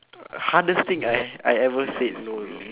uh hardest thing I I ever said no no